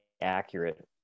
accurate